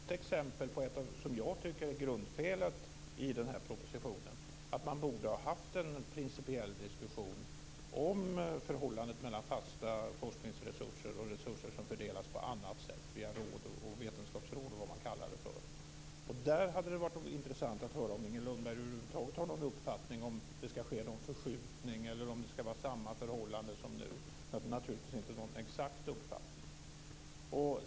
Fru talman! Det här ett exempel på det som jag tycker är grundfelet i den här propositionen. Man borde haft en principiell diskussion om förhållandet mellan fasta forskningsresurser och resurser som fördelas på annat sätt via vetenskapsråd eller vad man kallar det för. Det hade varit intressant att höra om Inger Lundberg över huvud taget har någon uppfattning - om huruvida det ska ske någon förskjutning eller om det ska vara samma förhållande som nu. Det behöver naturligtvis inte vara någon exakt uppfattning.